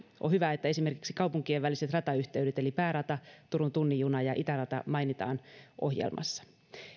on hyvä että esimerkiksi kaupunkien väliset ratayhteydet eli päärata turun tunnin juna ja itärata mainitaan ohjelmassa